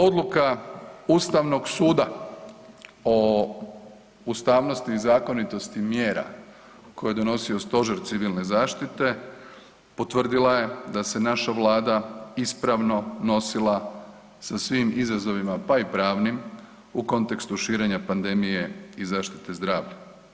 Odluka Ustavnog suda o ustavnosti i zakonitosti mjera koje je donosio Stožer civilne zaštite potvrdila je da se naša Vlada ispravno nosila sa svim izazovima pa i pravnim u kontekstu širenja pandemije i zaštite zdravlja.